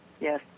Yes